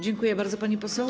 Dziękuję bardzo, pani poseł.